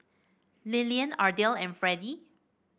Lilyan Ardell and Fredy